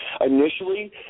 initially